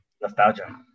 nostalgia